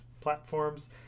platforms